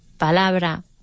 palabra